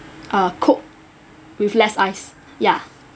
uh coke with less ice ya